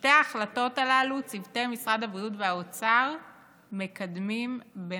את שתי ההחלטות הללו צוותי משרד הבריאות והאוצר מקדמים במרץ.